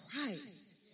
Christ